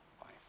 life